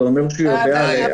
זה אומר שהוא יודע ---?